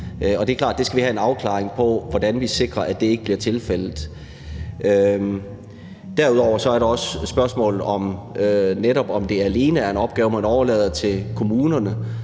vi skal have en afklaring af, hvordan vi sikrer, at det ikke bliver tilfældet. Derudover er der også spørgsmålet om, om det er en opgave, man alene overlader til kommunerne.